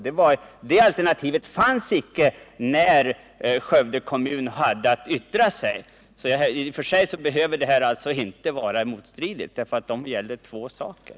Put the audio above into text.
Det alternativet fanns icke när Skövde kommunfullmäktige hade att yttra sig. I och för sig behöver det alltså inte föreligga någon motstridighet här, för det gäller två saker.